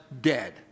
dead